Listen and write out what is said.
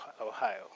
Ohio